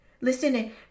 Listen